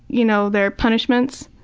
you know, their punishments?